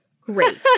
Great